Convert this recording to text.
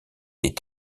des